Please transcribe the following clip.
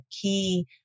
key